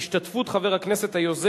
ההצעה לסדר-היום